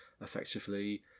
effectively